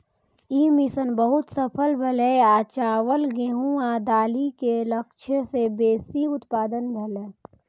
ई mission बहुत सफल भेलै आ चावल, गेहूं आ दालि के लक्ष्य सं बेसी उत्पादन भेलै